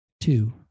Two